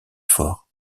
forts